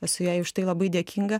esu jai už tai labai dėkinga